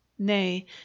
nay